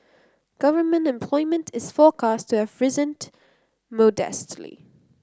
government employment is forecast to have modestly